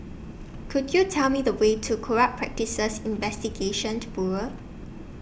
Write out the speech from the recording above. Could YOU Tell Me The Way to Corrupt Practices Investigation to Bureau